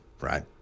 right